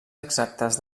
exactes